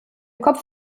kopf